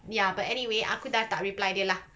ya but any way aku dah tak reply dia lah